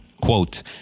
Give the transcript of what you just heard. quote